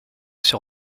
sur